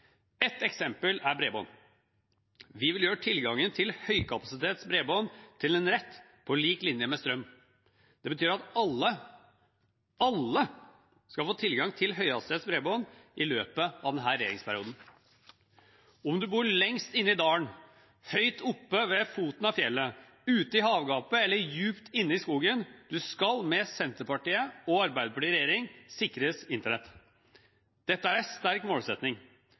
eksempel er bredbånd. Vi vil gjøre tilgangen til høyhastighetsbredbånd til en rett på lik linje med strøm. Det betyr at alle – alle – skal få tilgang til høyhastighetsbredbånd i løpet av denne regjeringsperioden. Om du bor lengst inne i dalen, høyt oppe ved foten av fjellet, ute i havgapet eller djupt inne i skogen, skal du med Senterpartiet og Arbeiderpartiet i regjering sikres internett. Dette er en sterk